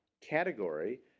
category